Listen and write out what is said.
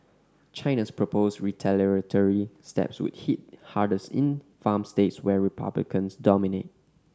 China's proposed retaliatory steps would hit hardest in farm states where Republicans dominate